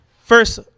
first